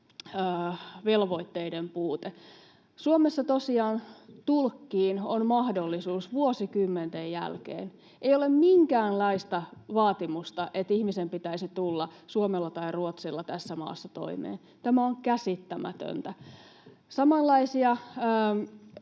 velvoitteiden puute. Suomessa tosiaan tulkkiin on mahdollisuus vuosikymmenten jälkeen. Ei ole minkäänlaista vaatimusta, että ihmisen pitäisi tulla suomella tai ruotsilla tässä maassa toimeen. Tämä on käsittämätöntä. Samanlaisia